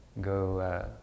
go